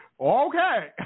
Okay